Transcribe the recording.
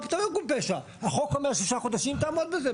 מה ארגון פשע, החוק אומר שישה חודשים, שתעמוד בזה.